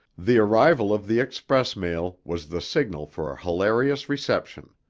the arrival of the express mail was the signal for a hilarious reception.